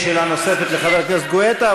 אין שאלה נוספת לחבר הכנסת גואטה,